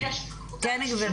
כן גברת.